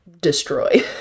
Destroy